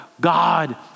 God